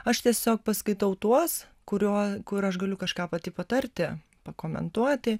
aš tiesiog paskaitau tuos kurio kur aš galiu kažką pati patarti pakomentuoti